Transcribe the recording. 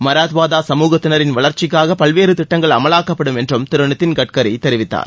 மராத்வாதா சமூகத்தினரின் வளர்ச்சிக்காக பல்வேறு திட்டங்கள் அமலாக்கப்படும் என்றும் திரு நிதின் கட்கரி தெரிவித்தார்